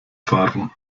fahren